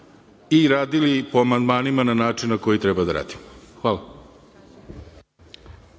i radili po amandmanima na način na koji treba da radimo. Hvala.